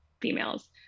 females